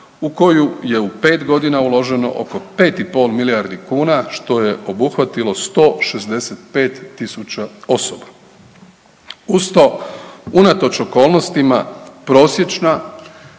u koju je u 5 godina uloženo oko 5,5 milijardi kuna što je obuhvatilo 165.000 osoba. Uz to unatoč okolnostima prosječna